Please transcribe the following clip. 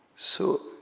so,